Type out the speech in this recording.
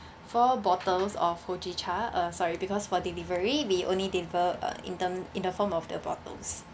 four bottles of fujicha uh sorry because for delivery we only deliver uh in the in the form of the bottles